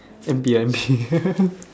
eight P_M shift